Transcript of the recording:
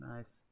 Nice